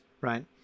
right